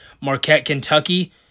Marquette-Kentucky